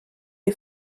est